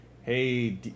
hey